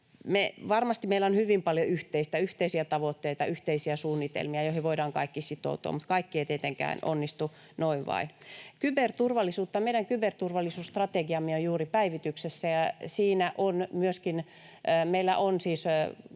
varmasti meillä on hyvin paljon yhteistä, yhteisiä tavoitteita, yhteisiä suunnitelmia, joihin voidaan kaikki sitoutua, mutta kaikki ei tietenkään onnistu noin vain. Kyberturvallisuudesta: Meidän kyberturvallisuusstrategiamme on juuri päivityksessä ja siinä me varmistamme Traficomin